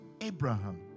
Abraham